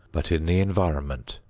but in the environment.